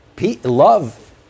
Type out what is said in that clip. Love